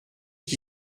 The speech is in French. qui